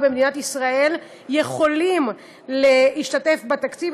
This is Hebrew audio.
במדינת ישראל יכולים להשתתף בתקציב,